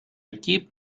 keep